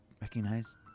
recognize